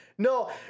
No